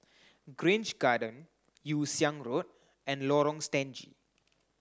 Grange Garden Yew Siang Road and Lorong Stangee